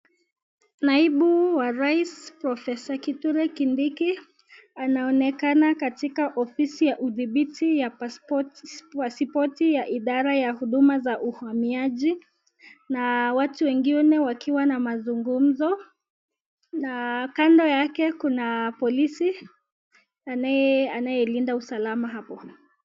Naibu wa Rais profesa Kithure Kindiki anaonekana katika ofisi ya uthibithi ya pasipoti ya idara ya ukusanyaji na watu wengine wakiwa na mazungumzo kando yake kuna polisi anayelinda usalama hapo.